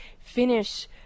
finish